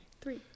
three